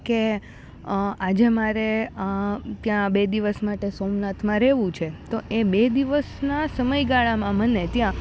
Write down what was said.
કે આજે મારે ત્યાં બે દિવસ માટે સોમનાથમાં રહેવું છે તો એ બે દિવસના સમયગાળામાં મને ત્યાં